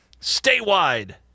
statewide